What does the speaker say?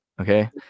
okay